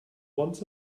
once